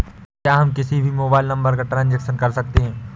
क्या हम किसी भी मोबाइल नंबर का ट्रांजेक्शन कर सकते हैं?